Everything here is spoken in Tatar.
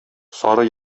сары